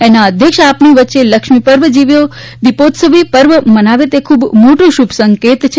એના અધ્યક્ષ આપણી વચ્ચે લક્ષ્મી પર્વ જેવી દીપોત્સવી મનાવે એ ખૂબ મોટો શુભ સંકેત છે